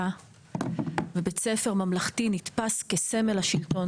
בית ספר הממלכתי נתפס כסמל השלטון